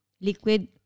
liquid